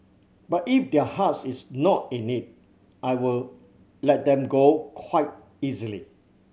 but if their heart is not in it I will let them go quite easily